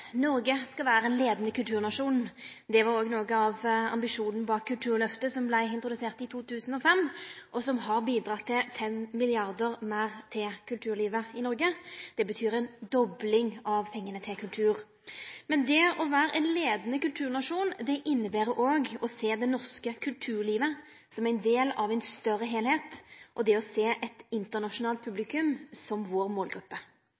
Noreg skal vere ein leiande kulturnasjon. Det var òg noko av ambisjonen bak Kulturløftet som vart introdusert i 2005, og som har bidratt med 5 mrd. kr meir til kulturlivet i Noreg. Det betyr ei dobling av pengane til kultur. Men det å vere ein leiande kulturnasjon inneber òg å sjå det norske kulturlivet som ein del av ein større heilskap, og å sjå eit internasjonalt publikum som vår målgruppe.